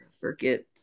forget